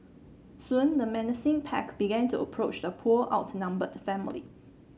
soon the menacing pack began to approach the poor outnumbered family